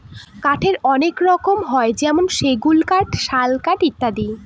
কাঠের অনেক রকম হয় যেমন সেগুন কাঠ, শাল কাঠ ইত্যাদি